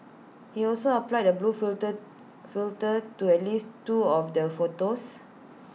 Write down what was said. he also applied A blue filter filter to at least two of their photos